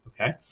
Okay